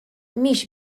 mhix